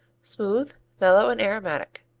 smooth, mellow and aromatic.